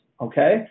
Okay